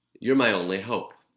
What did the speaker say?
you're my only hope.